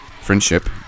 Friendship